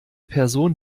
person